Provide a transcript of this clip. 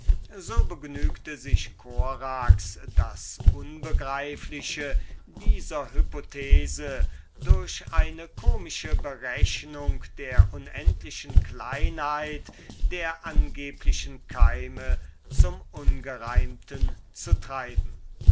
so begnügte sich korax das unbegreifliche dieser hypothese durch eine komische berechnung der unendlichen kleinheit der angeblichen keime zum ungereimten zu treiben